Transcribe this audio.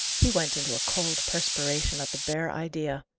he went into a cold perspiration at the bare idea.